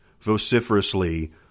vociferously